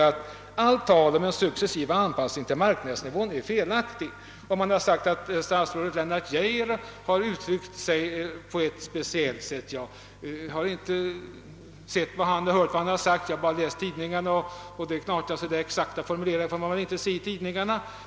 Allt tal om successiv anpassning till marknadsnivån är därför felaktigt. Det har sagts att statsrådet Lennart Geijer uttryckt sig på ett visst sätt i det sammanhanget. Jag har själv inte hört vad han sagt utan bara läst om det i tidningarna och där får man väl aldrig se den exakta ordalydelsen.